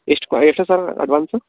ಎಷ್ಟು ಕೊ ಎಷ್ಟು ಸರ್ ಅಡ್ವಾನ್ಸು